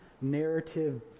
narrative